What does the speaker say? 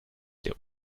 der